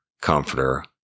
comforter